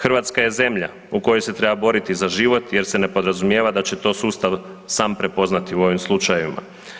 Hrvatska je zemlja u kojoj se treba boriti za život jer se ne podrazumijeva da će to sustav sam prepoznati u ovim slučajevima.